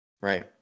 Right